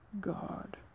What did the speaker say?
God